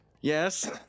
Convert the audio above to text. Yes